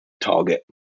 target